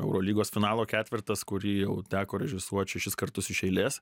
eurolygos finalo ketvertas kurį jau teko režisuot šešis kartus iš eilės